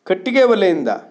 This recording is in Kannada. ಕಟ್ಟಿಗೆ ಒಲೆಯಿಂದ